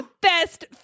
best